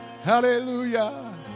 Hallelujah